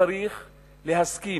צריך להסכים?